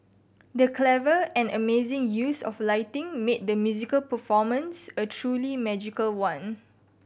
the clever and amazing use of lighting made the musical performance a truly magical one